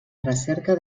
recerca